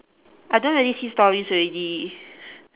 I don't really see stories already